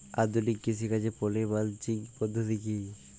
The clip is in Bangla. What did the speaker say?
আধুনিক কৃষিকাজে পলি মালচিং পদ্ধতি কি?